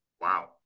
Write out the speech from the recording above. Wow